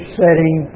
setting